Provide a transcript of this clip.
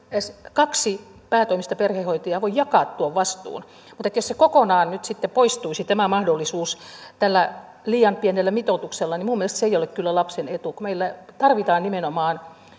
kaksi päätoimista perhehoitajaa voi jakaa tuon vastuun mutta jos kokonaan nyt poistuisi tämä mahdollisuus tällä liian pienellä mitoituksella niin minun mielestäni se ei ole kyllä lapsen etu kun meillä tarvitaan nimenomaan